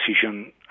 decision